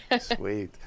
sweet